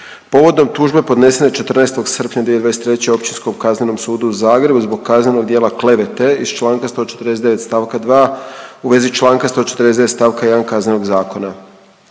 povodom tužbe podnesene 14. srpnja 2023. Općinskom kaznenom sudu u Zagrebu zbog kaznenog djela klevete iz čl. 149. st. 2. u vezi čl. 149. st. 1. Kaznenog zakona.